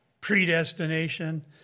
predestination